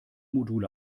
module